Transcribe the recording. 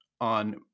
on